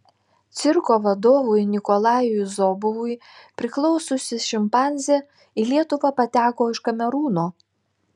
cirko vadovui nikolajui zobovui priklausiusi šimpanzė į lietuvą pateko iš kamerūno